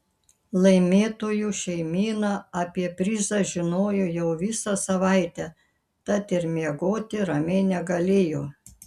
laimėtojų šeimyna apie prizą žinojo jau visą savaitę tad ir miegoti ramiai negalėjo